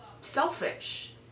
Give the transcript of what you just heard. selfish